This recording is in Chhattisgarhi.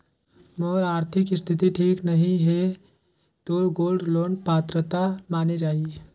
मोर आरथिक स्थिति ठीक नहीं है तो गोल्ड लोन पात्रता माने जाहि?